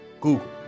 Google